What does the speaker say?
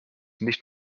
nicht